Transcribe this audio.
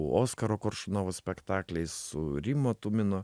oskaro koršunovo spektakliais su rimo tumino